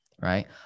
right